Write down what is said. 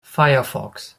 firefox